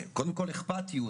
קודם כל של אכפתיות,